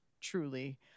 truly